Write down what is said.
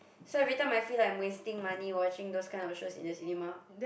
so every time I feel like I'm wasting money watching those kind of shows in the cinema